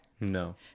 no